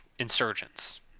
Insurgents